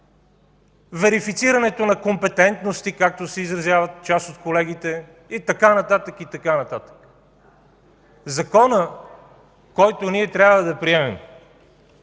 верифицирането на компетентности, както се изразяват част от колегите, и така нататък, и така нататък. Законопроектът, който ние трябва да приемем,